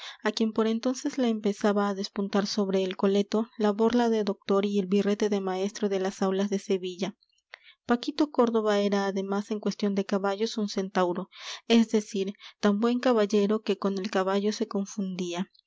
a quien por entonces le empezaba a despuntar sobre el coleto la borla de doctor y el birrete de maestro de las aulas de sevilla paquito córdoba era además en cuestión de caballos un centauro es decir tan buen caballero que con el caballo se confundía